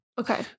Okay